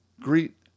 Greet